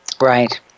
Right